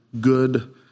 good